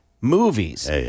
movies